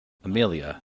amelia